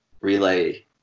relay